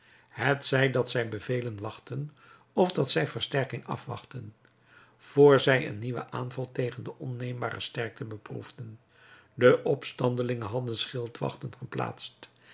hetzij dat zij bevelen wachtten of dat zij versterking afwachtten vr zij een nieuwen aanval tegen deze onneembare sterkte beproefden de opstandelingen hadden schildwachten geplaatst